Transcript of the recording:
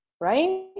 right